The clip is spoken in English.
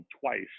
twice